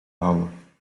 houden